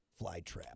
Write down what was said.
flytrap